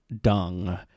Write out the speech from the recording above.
dung